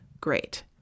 great